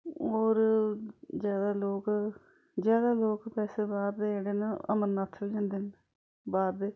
और जैदा लोग जैदा लोग बैसे बाह्र दे जेह्ड़े न अमरनाथैं बी जंदे न बाह्र दे